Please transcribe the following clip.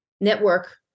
Network